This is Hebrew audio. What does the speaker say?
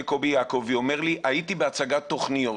קובי יעקובי והוא אומר לי שהוא היה בהצגת תוכניות